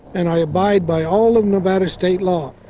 and i abide by all of nevada state law,